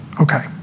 Okay